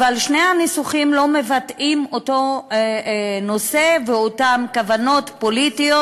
אבל שני הניסוחים לא מבטאים אותו נושא ואותן כוונות פוליטיות.